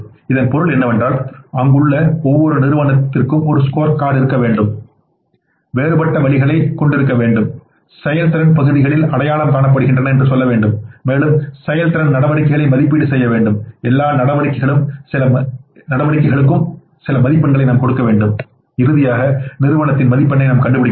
இதன் பொருள் என்னவென்றால் அங்குள்ள ஒவ்வொரு நிறுவனத்திற்கும் ஒரு ஸ்கோர்கார்டு இருக்க வேண்டும் வேறுபட்ட வழிகளைக் கொண்டிருக்க வேண்டும் செயல்திறன் பகுதிகள் அடையாளம் காணப்படுகின்றன என்று சொல்ல வேண்டும் மேலும் செயல்திறன் நடவடிக்கைகளை மதிப்பீடு செய்ய வேண்டும் எல்லா நடவடிக்கைகளுக்கும் சில மதிப்பெண்களை நாம் கொடுக்க வேண்டும் இறுதியாக நிறுவனத்தின் மதிப்பெண்ணை நாம் கண்டுபிடிக்க வேண்டும்